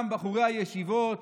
גם בחורי הישיבות.